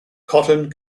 cotton